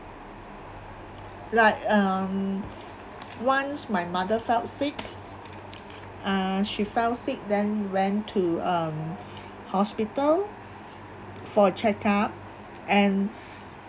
like um once my mother felt sick uh she fell sick then went to um hospital for check-up and